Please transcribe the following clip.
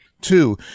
Two